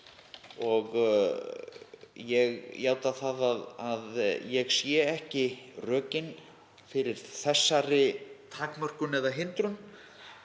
Ég játa það að ég sé ekki rökin fyrir þessari takmörkun eða hindrun